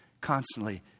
constantly